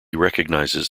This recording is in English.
recognizes